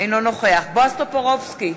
אינו נוכח בועז טופורובסקי,